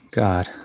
god